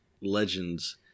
legends